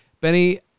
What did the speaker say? Benny